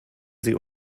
sie